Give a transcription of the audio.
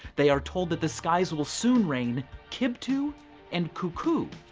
they are told that the skies will soon rain kibtu and kukku.